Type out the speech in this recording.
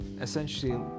essentially